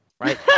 right